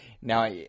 now